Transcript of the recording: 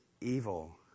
evil